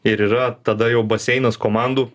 ir yra tada jau baseinas komandų